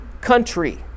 country